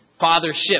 fathership